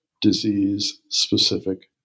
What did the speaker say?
disease-specific